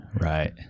Right